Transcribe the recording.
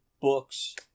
books